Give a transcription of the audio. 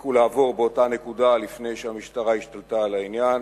שהספיקו לעבור באותה נקודה לפני שהמשטרה השתלטה על העניין.